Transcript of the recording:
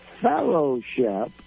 fellowship